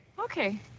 Okay